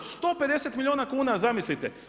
150 milijuna kuna zamislite!